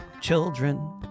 children